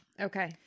Okay